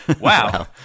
Wow